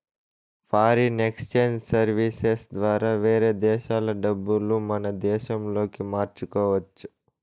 foreign exchange services ద్వారా వేరే దేశాల డబ్బులు మన దేశంలోకి మార్చుకోవచ్చు